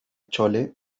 chole